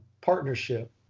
partnership